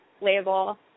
label